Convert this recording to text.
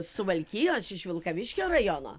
suvalkijos iš vilkaviškio rajono